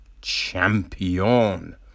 champion